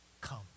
Come